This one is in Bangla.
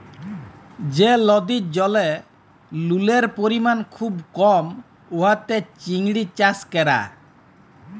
যে লদির জলে লুলের পরিমাল খুব কম উয়াতে চিংড়ি চাষ ক্যরা